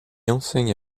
enseigne